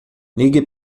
ligue